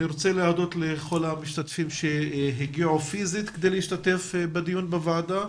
אני רוצה להודות לכל המשתתפים שהגיעו פיזית כדי להשתתף בדיון בוועדה.